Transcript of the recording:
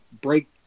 break